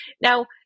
now